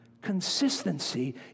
Consistency